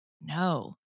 No